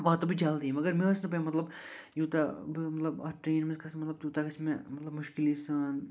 واتہٕ بہٕ جلدی مگر مےٚ ٲس نہٕ پےَ مَطلَب یوٗتاہ مَطلَب اَتھ ٹرٛینہِ مَنٛز کھَسہٕ مَطلَب تیٛوٗتاہ گَژھِ مےٚ مَطلَب مُشکِلی سان